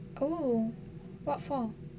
oh what for